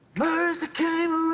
mercy came